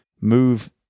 move